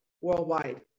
worldwide